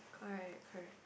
correct correct